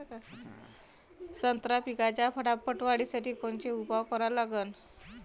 संत्रा पिकाच्या फटाफट वाढीसाठी कोनचे उपाव करा लागन?